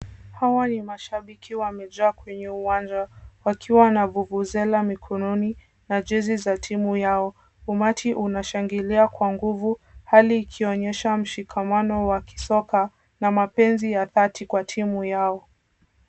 Hawa ni mashabiki wamejaa kwenye uwanja. Wakiwa na vuvuzela mikononi na jezi za timu yao. Umati unashangilia kwa nguvu, hali ikionyesha mshikamano wa kisoka na mapenzi ya dhati kwa timu yao.